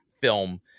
film